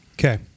Okay